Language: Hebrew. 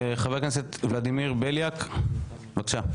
חבר הכנסת ולדימיר בליאק, בבקשה.